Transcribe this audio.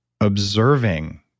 observing